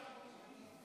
מיליארד